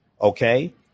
okay